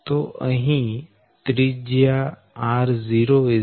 તો અહી ત્રિજ્યા ro 1